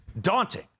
daunting